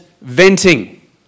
venting